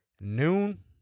noon